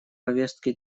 повестке